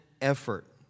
effort